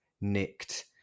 nicked